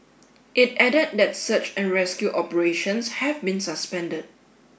it added that search and rescue operations have been suspended